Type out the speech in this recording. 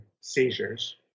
seizures